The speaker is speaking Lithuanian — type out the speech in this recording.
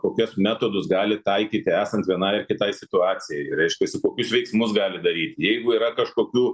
kokias metodus gali taikyti esant vienai ar kitai situacijai reiškiasi kokius veiksmus gali daryt jeigu yra kažkokių